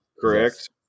correct